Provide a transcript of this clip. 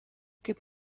kaip